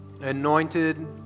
anointed